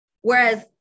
whereas